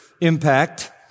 impact